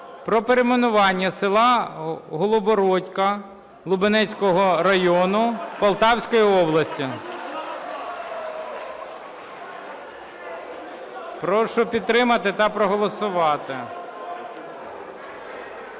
про перейменування села Голобородька Лубенського району Полтавської області. Прошу підтримати та проголосувати.